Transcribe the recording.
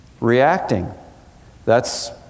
Reacting—that's